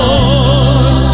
Lord